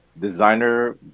Designer